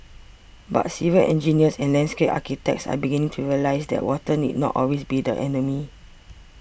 but civil engineers and landscape architects are beginning to realise that water need not always be the enemy